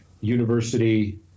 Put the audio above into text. university